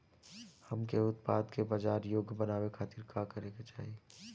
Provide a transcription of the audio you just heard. हमके उत्पाद के बाजार योग्य बनावे खातिर का करे के चाहीं?